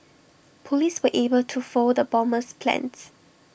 Police were able to foil the bomber's plans